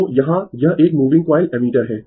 तो यहाँ यह एक मूविंग कॉइल एमीटर है